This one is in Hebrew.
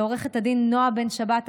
ולעורכת הדין נעה בן שבת,